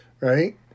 right